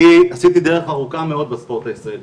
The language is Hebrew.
אני עשיתי דרך ארוכה מאוד בספורט הישראלי.